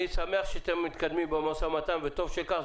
אני שמח שאתם מתקדמים במשא ומתן וטוב שכך,